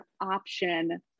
option